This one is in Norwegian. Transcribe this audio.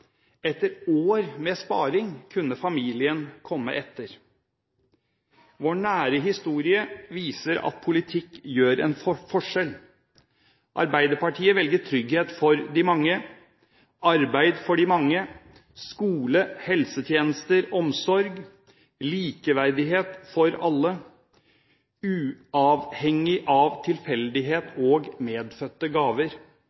Etter år med sparing kunne familien komme etter. Vår nære historie viser at politikk gjør en forskjell. Arbeiderpartiet velger trygghet for de mange, arbeid for de mange, skole, helsetjenester og omsorg, likeverdighet for alle, uavhengig av